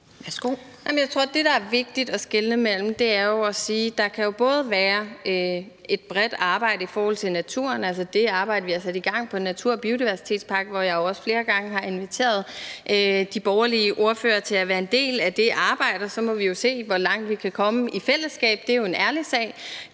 Jeg tror, at det, der er vigtigt at sige, er, at der jo kan være et bredt arbejde i forhold til naturen, altså det arbejde, vi har sat i gang, med natur- og biodiversitetspakken, hvor jeg også flere gange har inviteret de borgerlige ordførere til at være en del af det arbejde. Og så må vi jo se, hvor langt vi kan komme i fællesskab. Det er en ærlig sag.